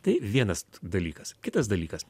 tai vienas dalykas kitas dalykas